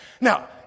Now